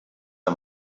der